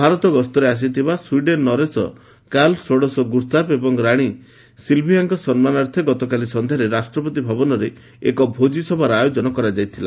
ଭାରତ ଗସ୍ତରେ ଆସିଥିବା ସ୍ପିହେନ୍ ନରେଶ କାର୍ଲ ଷୋଡ଼ଶ ଗୁସ୍ତାଫ ଏବଂ ରାଣୀ ସିଲଭିଆଙ୍କ ସମ୍ମାନାର୍ଥେ ଗତକାଲି ସନ୍ଧ୍ୟାରେ ରାଷ୍ଟ୍ରପତି ଭବନରେ ଏକ ଭୋଜିସଭାର ଆୟୋଜନ କରାଯାଇଥିଲା